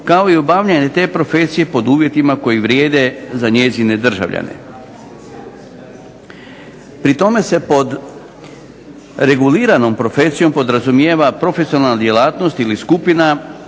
kao i obavljanje te profesije pod uvjetima koji vrijede za njezine državljane. Pod reguliranom profesijom podrazumijeva se profesionalna djelatnost ili skupina